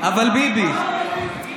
אבל ביבי.